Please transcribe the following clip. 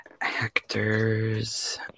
Actors